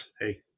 hey